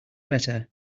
better